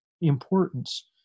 importance